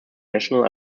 national